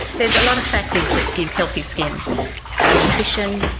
there's a lot of factors that give healthy skin our nutrition,